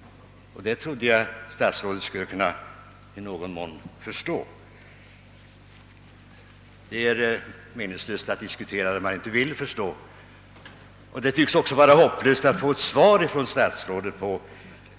— och jag trodde att statsrådet i någon mån skulle kunna förstå detta. Det är meningslöst att diskutera, när man inte vill förstå. Det tycks också vara hopplöst att få ett svar av herr statsrådet.